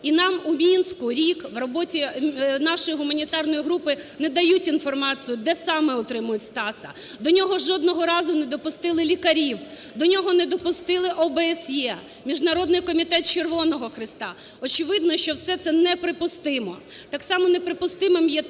І нам у Мінську рік в роботі нашої гуманітарної групи не дають інформацію, де саме утримують Стаса. До нього жодного разу не допустили лікарів, до нього не допустили ОБСЄ, Міжнародний комітет Червоного Хреста. Очевидно, що все це неприпустимо. Так само неприпустимим є те,